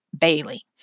Bailey